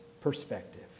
perspective